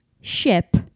Ship